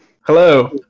Hello